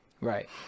Right